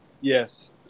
Yes